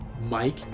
mike